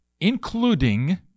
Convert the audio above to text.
including